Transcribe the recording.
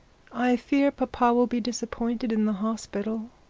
i fear papa will be disappointed in the hospital